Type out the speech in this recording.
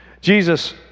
Jesus